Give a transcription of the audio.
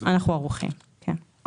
אנחנו ערוכים, כן.